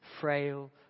frail